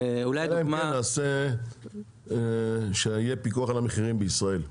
אלא אם כן נעשה שיהיה פיקוח על המחירים בישראל.